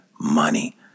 money